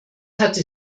hatte